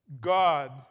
God